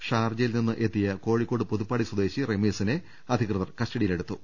ഷാർജയിൽ നിന്നെത്തിയ കോഴി ക്കോട് പുതുപ്പാടി സ്വദേശി റമീസിനെ അധികൃതർ കസ്റ്റഡി യിലെടുത്തു